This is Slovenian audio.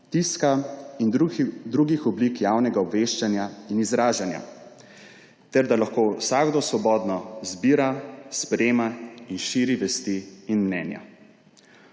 tiska in drugih oblik javnega obveščanja in izražanja ter da lahko vsakdo svobodno izbira, sprejema in širi vesti in mnenja.